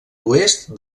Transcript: oest